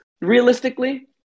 realistically